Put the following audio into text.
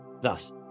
Thus